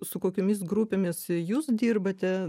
su kokiomis grupėmis jūs dirbate